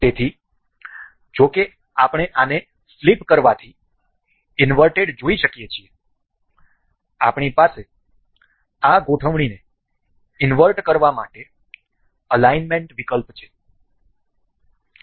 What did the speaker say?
તેથી જો કે આપણે આને ફ્લિપ કરવાથી ઇન્વર્ટેડ જોઈ શકીએ છીએ આપણી પાસે આ ગોઠવણીને ઇન્વર્ટ કરવા માટે અલાઈનમેન્ટ વિકલ્પ છે